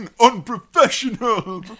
unprofessional